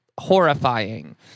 horrifying